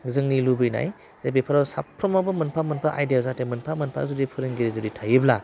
जोंनि लुबैनाय जे बेफोराव साफ्रोमावबो मोनफा मोनफा आयदायाव जाहाथे मोनफा मोनफा जुदि फोरोंगिरि जुदि थायोब्ला